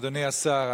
אדוני השר,